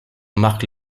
mark